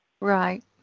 Right